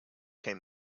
came